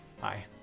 Bye